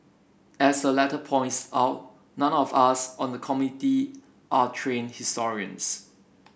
as the letter points out none of us on the Committee are trained historians